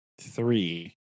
three